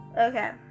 Okay